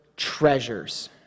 treasures